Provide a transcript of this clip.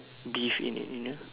beef in it you know